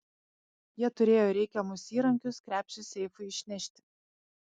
jie turėjo reikiamus įrankius krepšį seifui išnešti